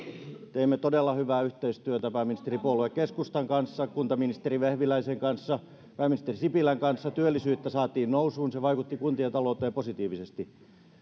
teimme todella hyvää yhteistyötä pääministeripuolue keskustan kautta kuntaministeri vehviläisen kanssa pääministeri sipilän kanssa työllisyyttä saatiin nousuun se vaikutti kuntien talouteen positiivisesti